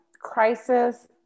crisis